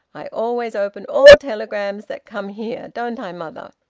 i always open all telegrams that come here, don't i, mother?